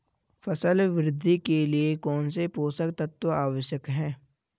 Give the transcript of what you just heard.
फसल वृद्धि के लिए कौनसे पोषक तत्व आवश्यक हैं?